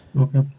Okay